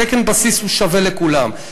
תקן הבסיס שווה לכולם,